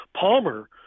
Palmer